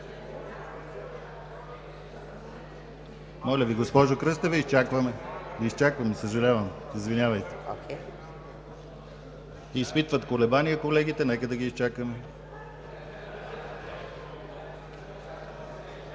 Моля Ви, госпожо Кръстева, изчаквам. Съжалявам! Извинявайте. Изпитват колебание колегите. Нека да ги изчакаме.